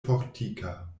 fortika